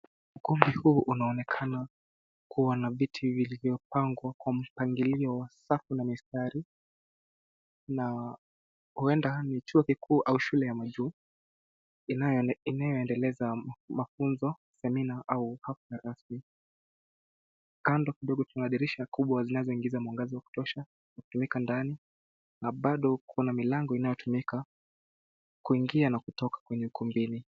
Ukumbi huu unaonekana kuwa na viti vilivyopangwa kwa mpangilio wa wasafu na mistari, na huenda ni chuo kikuu au shule ya majuu. Inayoendeleza mafunzo, semina, au hafla rasmi. Kando kidogo kuna dirisha kubwa zinazoingiza mwangaza wa kutosha kutumika ndani, na bado kuna milango inayotumika kuingia na kutoka kwenye kumbi hili.